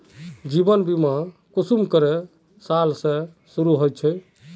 जीवन बीमा कुंसम करे साल से शुरू होचए?